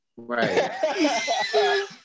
Right